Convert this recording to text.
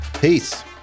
Peace